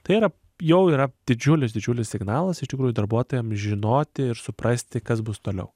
tai yra jau yra didžiulis didžiulis signalas iš tikrųjų darbuotojam žinoti ir suprasti kas bus toliau